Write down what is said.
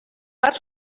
per